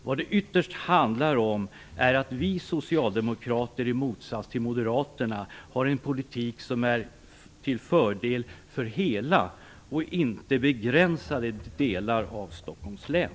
Vad det ytterst handlar om är att vi socialdemokrater, i motsats till moderaterna, har en politik som är till fördel för hela och inte begränsade delar av Stockholms län.